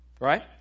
Right